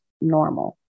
normal